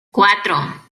cuatro